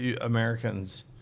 Americans